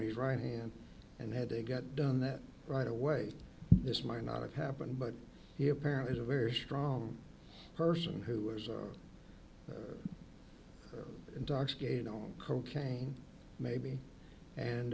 his right hand and had to get done that right away this might not have happened but he apparently is a very strong person who was intoxicated on cocaine maybe and